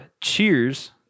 Cheers